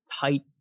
tight